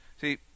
See